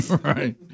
Right